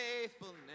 faithfulness